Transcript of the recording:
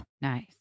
Nice